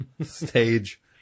stage